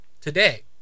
today